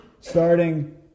Starting